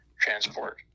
transport